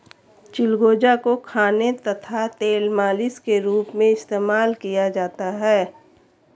चिलगोजा को खाने तथा तेल मालिश के रूप में इस्तेमाल किया जाता है